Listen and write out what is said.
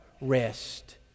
rest